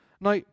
Now